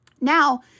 Now